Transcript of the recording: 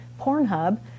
Pornhub